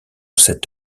set